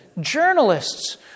journalists